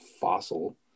fossil